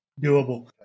Doable